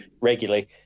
regularly